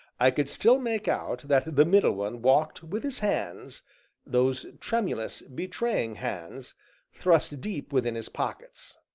i could still make out that the middle one walked with his hands those tremulous betraying hands thrust deep within his pockets.